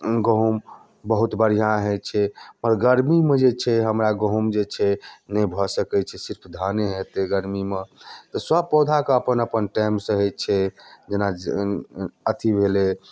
गहूँम बहुत बढ़िऑं होइ छै पर गर्मी मे जे छै हमरा गहूॅंम जे छै नहि भऽ सकै छै सिर्फ धाने हेतै गर्मीमे तऽ सब पौधाके अपन अपन टाइम सऽ होइ छै जेना अथी भेलै